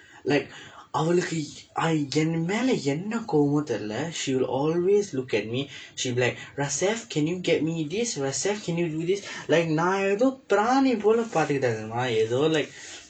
like அவளுக்கு என் மேல என்ன கோவம் தெரியில:avalukku en meela enna koovam theriyila she will always look at me she will be like rasef can you get me this rasef can you do this like நான் ஏதோ பிராணி போல பார்த்துகிட்ட தெரியுமா ஏதோ:naan eethoo piraani poola paarththukkitda theriyumaa eethoo like